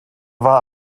war